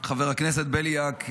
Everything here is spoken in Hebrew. לחבר הכנסת בליאק,